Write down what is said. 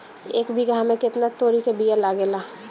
एक बिगहा में केतना तोरी के बिया लागेला?